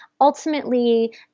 ultimately